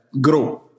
grow